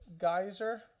Geyser